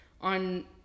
on